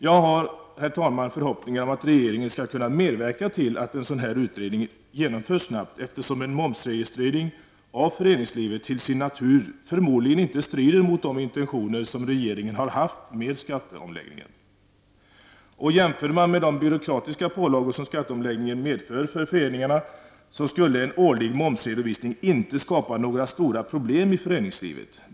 Jag har, herr talman, förhoppningar om att regeringen skall kunna medverka till att en sådan utredning snabbt genomförs, eftersom en momsregistrering av föreningslivet till sin natur förmodligen inte strider mot de intentioner som regeringen har haft med skatteomläggningen. Jämförd med de byråkratiska pålagor som skatteomläggningen medför för föreningarna skulle en årlig momsredovisning inte skapa några stora problem i föreningslivet.